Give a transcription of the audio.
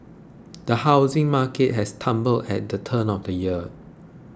the housing market has stumbled at the turn of the year